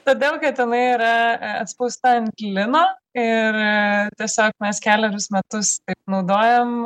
todėl kad jinai yra atspausta ant lino ir tiesiog mes kelerius metus naudojam